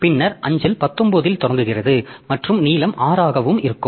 பின்னர் அஞ்சல் 19 இல் தொடங்குகிறது மற்றும் நீளம் 6 ஆகவும் இருக்கும்